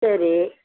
சரி